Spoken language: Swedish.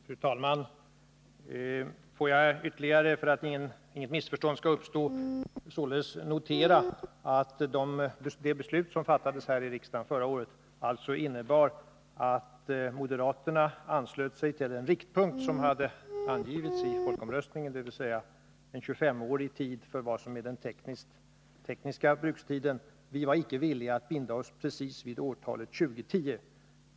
Fru talman! Får jag ytterligare, för att inget missförstånd skall uppstå, notera att det beslut som fattades här i riksdagen förra året innebar att moderaterna anslöt sig till den riktpunkt som angivits i folkomröstningen, dvs. 25 års teknisk brukstid. Vi var icke villiga att binda oss just vid årtalet 2010.